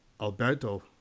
Alberto